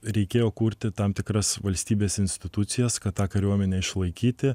reikėjo kurti tam tikras valstybės institucijas kad tą kariuomenę išlaikyti